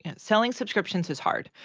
and selling subscriptions is hard.